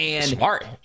Smart